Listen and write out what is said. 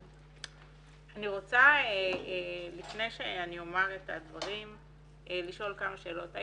אני רוצה לפני שאני אומר את הדברים לשאול כמה שאלות.